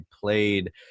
played